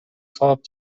сабап